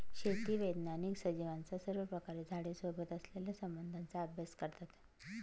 शेती वैज्ञानिक सजीवांचा सर्वप्रकारे झाडे सोबत असलेल्या संबंधाचा अभ्यास करतात